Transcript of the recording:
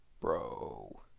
Bro